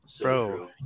bro